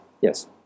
yes